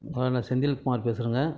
hello நான் செந்தில் குமார் பேசுகிறேங்க